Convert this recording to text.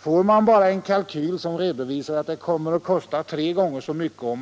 Får de bara en kalkyl som visar att tågalternativet kommer att kosta tre gånger så mycket som